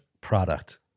product